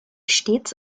stets